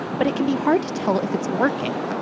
but it can be hard to tell if it's working.